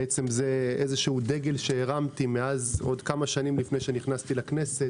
זה דגל שהרמתי כמה שנים לפני שנכנסתי לכנסת,